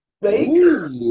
Baker